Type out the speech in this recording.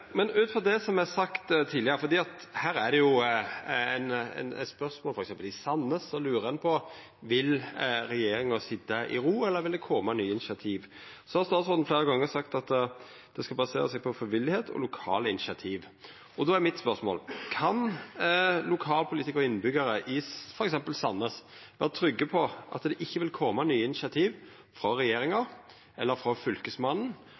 Men ut frå det som er sagt tidlegare, er det her spørsmål. For eksempel i Sandnes lurar ein på om regjeringa vil sitja i ro, eller om det vil koma nye initiativ. Statsråden har fleire gonger sagt at det skal basera seg på frivilligheit og lokale initiativ. Då er mitt spørsmål: Kan lokalpolitikarar og innbyggjarar i f.eks. Sandnes vera trygge på at det ikkje vil koma nye initiativ frå regjeringa eller frå Fylkesmannen